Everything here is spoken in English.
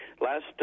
Last